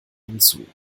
hinzu